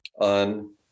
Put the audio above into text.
on